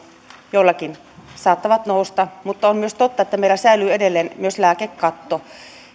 joillakin saattavat nousta mutta on myös totta että meillä säilyy edelleen myös lääkekatto